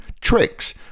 Tricks